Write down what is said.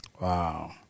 Wow